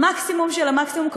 במקסימום של המקסימום,